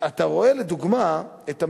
אתה רואה לדוגמה את המחירים.